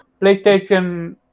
PlayStation